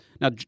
Now